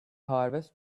harvest